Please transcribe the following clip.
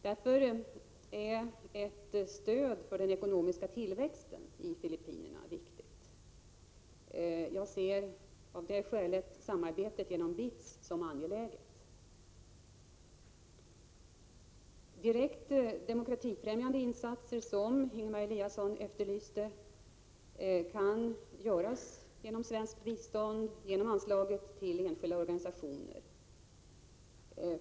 Därför är ett stöd för den ekonomiska tillväxten viktig. Jag ser av det skälet samarbetet genom BITS som angeläget. Direkt demokratifrämjande insatser som Ingemar Eliasson efterlyste kan göras med hjälp av svenskt bistånd genom anslaget till enskilda organisationer.